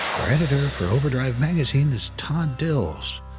our editor from overdrive magazine is todd dills.